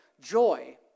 Joy